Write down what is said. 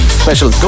special